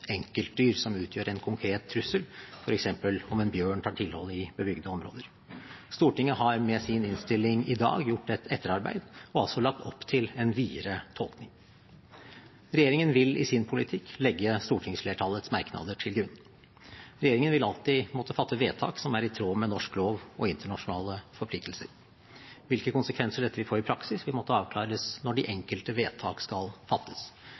enkeltdyr som utgjør en konkret trussel, f.eks. om en bjørn tar tilhold i bebygde områder. Stortinget har med sin innstilling i dag gjort et etterarbeid og altså lagt opp til en videre tolkning. Regjeringen vil i sin politikk legge stortingsflertallets merknader til grunn. Regjeringen vil alltid måtte fatte vedtak som er i tråd med norsk lov og internasjonale forpliktelser. Hvilke konsekvenser dette vil få i praksis, vil måtte avklares når de enkelte vedtak skal fattes.